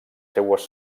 seues